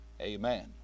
Amen